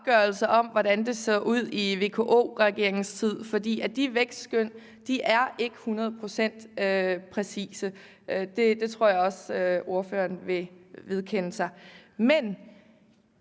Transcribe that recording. hvordan det så ud i VKO-regeringens tid, for de vækstskøn er ikke hundrede procent præcise. Det tror jeg også ordføreren vil vedkende sig. Men